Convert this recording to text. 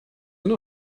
know